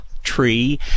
tree